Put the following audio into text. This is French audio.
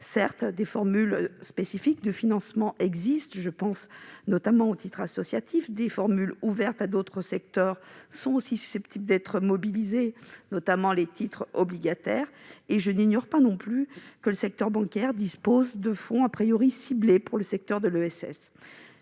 Certes, des formules spécifiques de financement existent ; je pense notamment aux titres associatifs. Des formules ouvertes à d'autres secteurs économiques sont également susceptibles d'être utilisées, notamment les titres obligataires. Je n'ignore pas non plus que le secteur bancaire dispose de fonds ciblés pour le secteur de l'ESS.